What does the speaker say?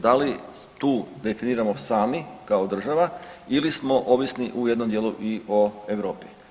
Da li tu definiramo sami kao Država ili smo ovisni u jednom dijelu i o Europi.